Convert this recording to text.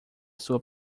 sua